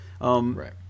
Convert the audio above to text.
Right